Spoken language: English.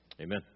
Amen